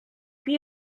più